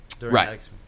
right